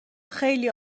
خیلی